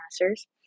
master's